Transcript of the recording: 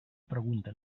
pregunta